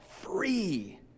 free